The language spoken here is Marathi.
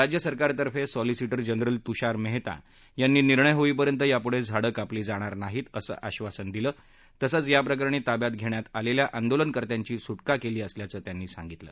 राज्य सरकारतर्फे सॉलिसिटर जनरल तुषार मेहता यांनी निर्णय होईपर्यंत यापुढे झाडं कापली जाणार नाहीत असं आधासन दिलं आहे तसंच याप्रकरणी ताब्यात घेण्यात आलेल्या आंदोलकर्त्यांची सुटका केली असल्याचं त्यांनी सांगितलं